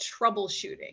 troubleshooting